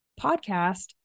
podcast